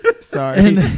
Sorry